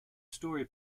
story